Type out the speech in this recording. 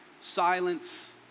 Silence